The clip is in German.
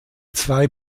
zwei